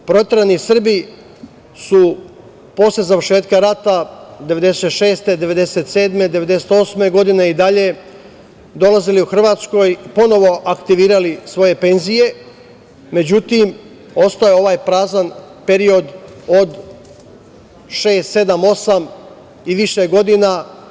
Proterani Srbi su posle završetka rata 1996, 1997, 1998. godine i dalje dolazili u Hrvatsku i ponovo aktivirali svoje penzije, međutim, ostao je ovaj prazan period od šest, sedam, osam i više godina.